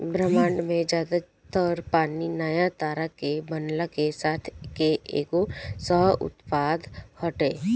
ब्रह्माण्ड में ज्यादा तर पानी नया तारा के बनला के साथ के एगो सह उत्पाद हटे